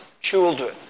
children